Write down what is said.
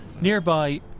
Nearby